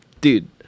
dude